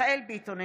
מיכאל מרדכי ביטון,